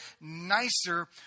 nicer